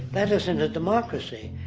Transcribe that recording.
that isn't a democracy.